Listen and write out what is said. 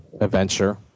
adventure